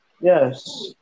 Yes